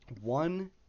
one